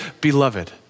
beloved